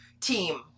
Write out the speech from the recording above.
team